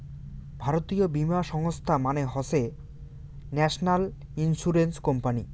জাতীয় বীমা সংস্থা মানে হসে ন্যাশনাল ইন্সুরেন্স কোম্পানি